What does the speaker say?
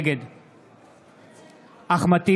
נגד אחמד טיבי,